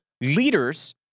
leaders